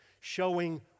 showing